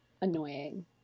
annoying